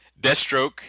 Deathstroke